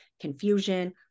confusion